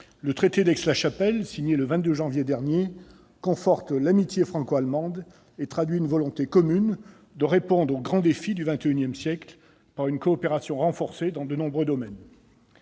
le traité d'Aix-la-Chapelle, signé le 22 janvier dernier, conforte l'amitié franco-allemande et traduit une volonté commune de répondre aux grands défis du XXI siècle, par une coopération renforcée dans de nombreux domaines.